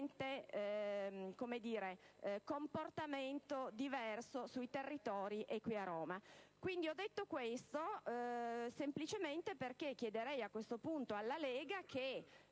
comportamento diverso sui territori e qui a Roma.